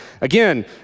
again